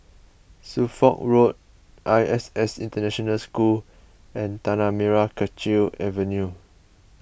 Suffolk Road I S S International School and Tanah Merah Kechil Avenue